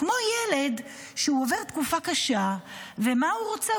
כמו ילד שעובד תקופה קשה, ומה הוא רוצה?